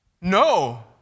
No